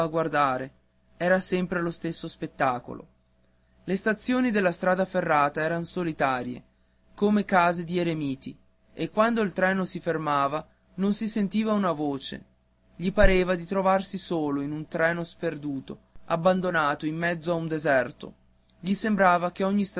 guardare era sempre lo stesso spettacolo le stazioni della strada ferrata eran solitarie come case di eremiti e quando il treno si fermava non si sentiva una voce gli pareva di trovarsi solo in un treno perduto abbandonato in mezzo a un deserto gli sembrava che ogni